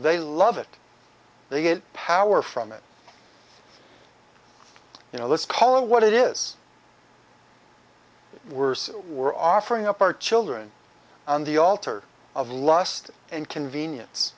they love it they get power from it you know let's call it what it is worse we're offering up our children on the altar of lust and convenience